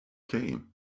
came